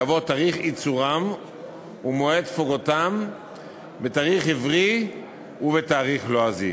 יבוא "תאריך ייצורם ומועד תפוגתם בתאריך עברי ובתאריך לועזי".